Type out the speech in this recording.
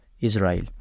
Israel